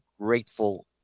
grateful